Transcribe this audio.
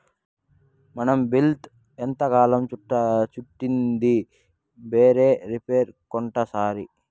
మనం బేల్తో ఎంతకాలం చుట్టిద్ది బేలే రేపర్ కొంటాసరి